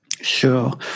Sure